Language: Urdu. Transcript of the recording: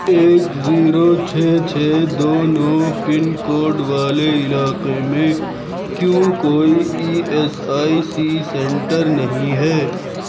ایک زیرو چھ چھ دو نو پن کوڈ والے علاقے میں کیوں کوئی E S I C centre نہیں ہے